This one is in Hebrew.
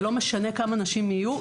זה לא משנה כמה נשים יהיו,